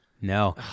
No